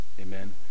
Amen